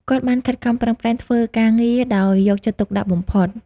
គាត់បានខិតខំប្រឹងប្រែងធ្វើការងារដោយយកចិត្តទុកដាក់បំផុត។